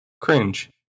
cringe